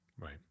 right